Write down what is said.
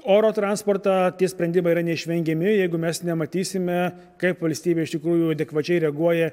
oro transportą tie sprendimai yra neišvengiami jeigu mes nematysime kaip valstybė iš tikrųjų adekvačiai reaguoja